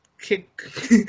kick